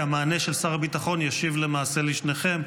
כי המענה של שר הביטחון ישיב למעשה לשניכם.